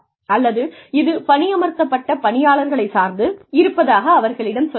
அல்லது இது பணியமர்த்தப்பட்ட பணியாளர்களைச் சார்ந்து இருப்பதாக அவர்களிடம் சொல்லலாம்